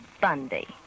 Bundy